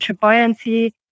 buoyancy